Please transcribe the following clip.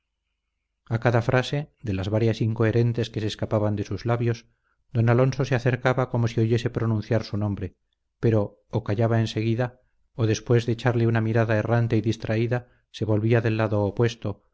a cada frase de las varias incoherentes que se escapaban de sus labios don alonso se acercaba como si oyese pronunciar su nombre pero o callaba enseguida o después de echarle una mirada errante y distraída se volvía del lado opuesto